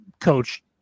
coach